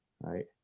right